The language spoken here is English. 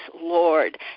Lord